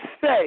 say